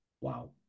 wow